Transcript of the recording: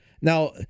Now